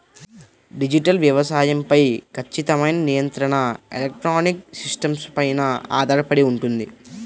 digital వ్యవసాయం పై ఖచ్చితమైన నియంత్రణ ఎలక్ట్రానిక్ సిస్టమ్స్ పైన ఆధారపడి ఉంటుంది